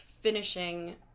finishing